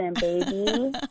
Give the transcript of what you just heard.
baby